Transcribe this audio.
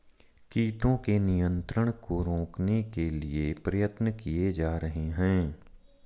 कीटों के नियंत्रण को रोकने के लिए प्रयत्न किये जा रहे हैं